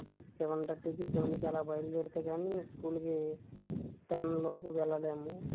seven thirty సెవెన్కి అలా బయలుదేరితే కాని స్కూల్కి టెన్ లోపు వెళ్ళలేము